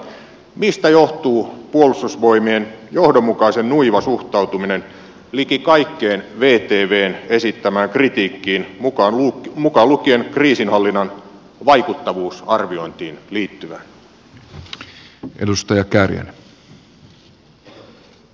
mistä johtuu puolustusvoimien johdonmukaisen nuiva suhtautuminen liki kaikkeen vtvn esittämään kritiikkiin mukaan lukien kriisinhallinnan vaikuttavuusarviointiin liittyvä